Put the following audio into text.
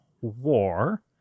war